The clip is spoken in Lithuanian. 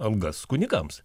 algas kunigams